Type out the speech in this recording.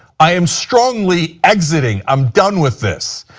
i am strongly exiting. i'm done with this.